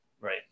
Right